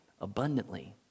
abundantly